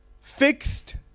fixed